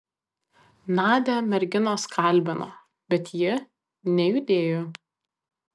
nadią merginos kalbino bet ji nejudėjo